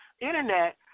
Internet